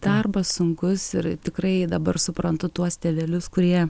darbas sunkus ir tikrai dabar suprantu tuos tėvelius kurie